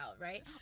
right